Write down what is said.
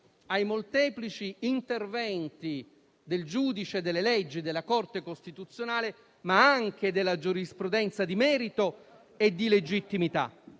ai molteplici interventi del giudice, delle leggi, della Corte costituzionale, ma anche della giurisprudenza di merito e di legittimità.